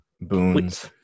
boons